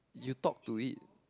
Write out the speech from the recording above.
you talk to it